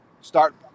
start